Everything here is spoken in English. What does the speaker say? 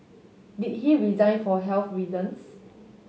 did he resign for health reasons